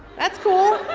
that's cool.